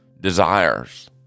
desires